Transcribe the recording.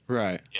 right